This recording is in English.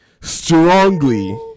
Strongly